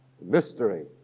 Mystery